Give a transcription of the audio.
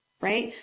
right